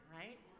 right